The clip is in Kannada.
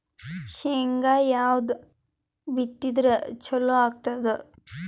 ಶೇಂಗಾ ಯಾವದ್ ಬಿತ್ತಿದರ ಚಲೋ ಆಗತದ?